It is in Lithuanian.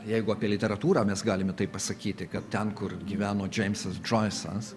jeigu apie literatūrą mes galime taip pasakyti kad ten kur gyveno džeimsas džoisas